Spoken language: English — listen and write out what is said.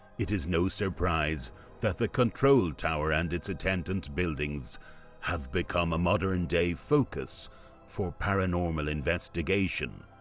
it is no surprise that the control tower and it's attendant buildings have become a modern day focus for paranormal investigation,